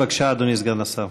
בבקשה, אדוני סגן השר.